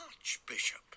archbishop